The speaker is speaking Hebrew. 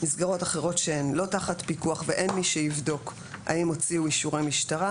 מסגרות אחרות שהן לא תחת פיקוח ואין מי שיבדוק האם הוציאו אישורי משטרה.